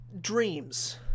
dreams